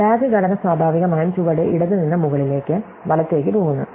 DAG ഘടന സ്വാഭാവികമായും ചുവടെ ഇടത് നിന്ന് മുകളിലേക്ക് വലത്തേക്ക് പോകുന്നു